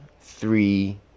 three